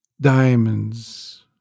diamonds